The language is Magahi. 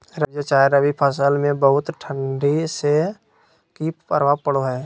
रबिया चाहे रवि फसल में बहुत ठंडी से की प्रभाव पड़ो है?